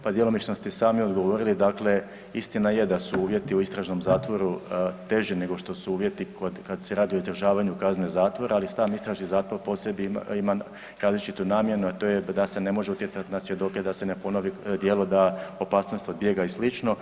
Pa djelomično ste i sami odgovorili, dakle istina je da su uvjeti u istražnom zatvoru teži nego što su uvjeti kod, kad se radi o izdržavanju kazne zatvora, ali sam istražni zatvor po sebi ima različitu namjenu, a to je da se ne može utjecati na svjedoke, da se ne ponovi djelo, da opasnost od bijega i sl.